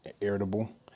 irritable